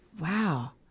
Wow